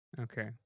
Okay